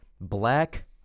black